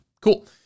Cool